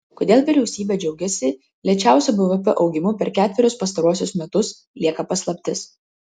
kodėl vyriausybė džiaugiasi lėčiausiu bvp augimu per ketverius pastaruosius metus lieka paslaptis